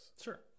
Sure